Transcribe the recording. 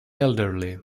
elderly